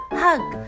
hug